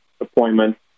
appointment